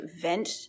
vent